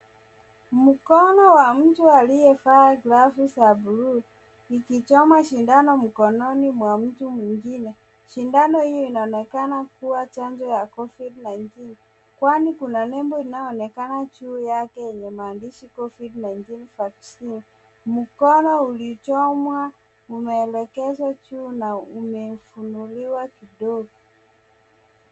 Mkono wa mtu aliyevaa glavu za bluu ikichoma sindano mkononi mwa mtu mwingine. Sindano hio inaonekana kuwa chanjo ya COVID-19 kwani kuna nembo inayoonekana juu yake yenye maandishi COVID-19 Vaccine . Mkono ulichomwa umeelekezwa juu na umefunuliwa kidogo.